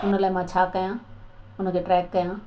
उन लाइ मां छा कयां उन खे ट्रैक कयां